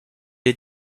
est